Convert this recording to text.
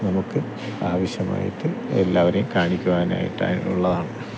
നമുക്ക് ആവശ്യമായിട്ട് എല്ലാവരെയും കാണിക്കുവാനായിട്ട് അതിനുള്ളതാണ്